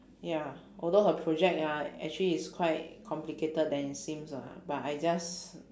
ya although her project ah actually is quite complicated than it seems ah but I just